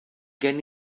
gen